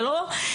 זה לא פשוט.